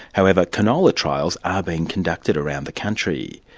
however, canola trials are being conducted around the country.